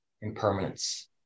impermanence